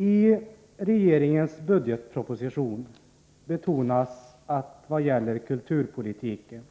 I regeringens budgetproposition betonas att vad gäller kulturpolitiken